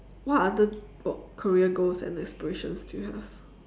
what are the career goals and aspirations do you have